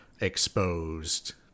exposed